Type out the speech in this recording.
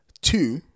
Two